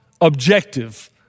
objective